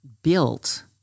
built